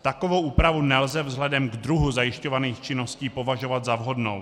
Takovou úpravu nelze vzhledem k druhu zajišťovaných činností považovat za vhodnou.